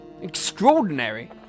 Extraordinary